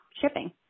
shipping